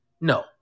No